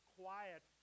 quiet